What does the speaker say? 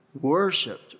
worshipped